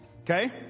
okay